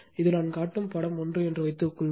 இது நான் காட்டும் படம் 1 என்று வைத்துக்கொள்வோம்